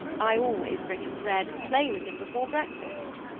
i always bring him bread and play with him before breakfast.